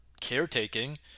caretaking